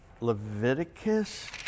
Leviticus